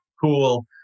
cool